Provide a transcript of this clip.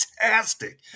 fantastic